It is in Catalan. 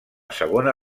segona